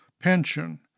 pension